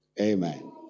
Amen